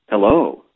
Hello